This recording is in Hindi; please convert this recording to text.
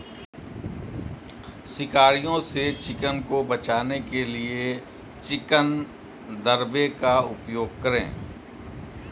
शिकारियों से चिकन को बचाने के लिए चिकन दड़बे का उपयोग करें